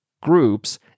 groups